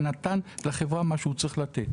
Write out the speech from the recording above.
ונתן לחברה את מה שהוא היה צריך לתת.